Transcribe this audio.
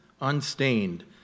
unstained